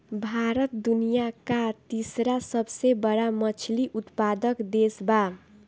भारत दुनिया का तीसरा सबसे बड़ा मछली उत्पादक देश बा